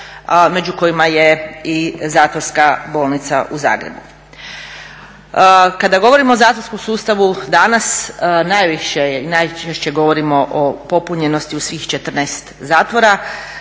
među kojima je i zatvorska bolnica u Zagrebu. Kada govorimo o zatvorskom sustavu danas, najviše i najčešće govorimo o popunjenosti u svih 14 zatvora